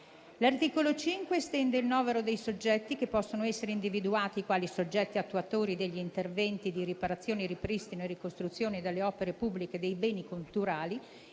L'articolo 5 estende il novero dei soggetti che possono essere individuati quali soggetti attuatori degli interventi di riparazione, ripristino e ricostruzione delle opere pubbliche e dei beni culturali,